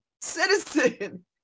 citizen